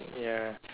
ya